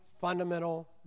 fundamental